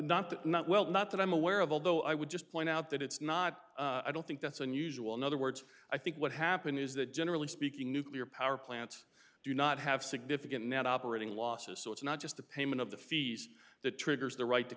not that not well not that i'm aware of although i would just point out that it's not i don't think that's unusual another words i think what happened is that generally speaking nuclear power plants do not have significant net operating losses so it's not just the payment of the fees that triggers the right to